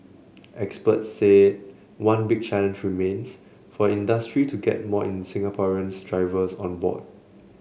experts said one big challenge remains for the industry to get more Singaporeans drivers on board